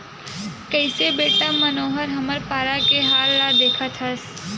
कइसे बेटा मनोहर हमर पारा के हाल ल देखत हस